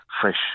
fresh